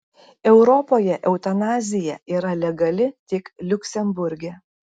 europoje eutanazija yra legali tik liuksemburge